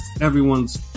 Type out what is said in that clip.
everyone's